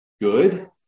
good